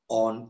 on